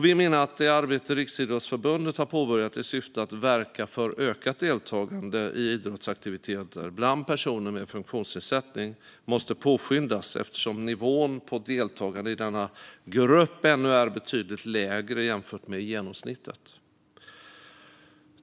Vi menar att det arbete Riksidrottsförbundet har påbörjat i syfte att verka för ökat deltagande i idrottsaktiviteter bland personer med funktionsnedsättning måste påskyndas, eftersom nivån på deltagande i denna grupp ännu är betydligt lägre jämfört med genomsnittet.